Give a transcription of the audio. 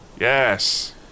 Yes